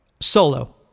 solo